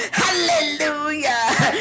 hallelujah